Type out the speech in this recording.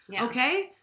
Okay